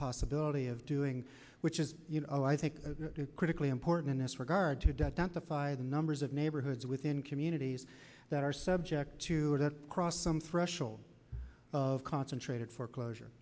possibility of doing which is you know i think critically important in this regard to the fire the numbers of neighborhoods within communities that are subject to that cross some threshold of concentrated foreclosure